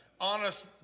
honest